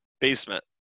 basement